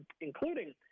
including